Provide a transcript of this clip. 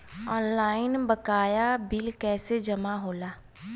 Online बकाया bill कैसे जमा होला?